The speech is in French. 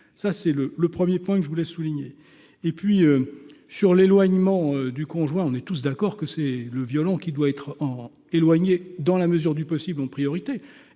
ça c'est le le 1er point que je voulais souligner et puis sur l'éloignement du conjoint, on est tous d'accord que c'est le violon qui doit être en éloigner dans la mesure du possible, en priorité,